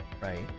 right